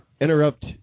interrupt